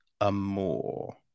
Amore